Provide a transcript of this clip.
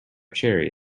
cherries